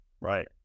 Right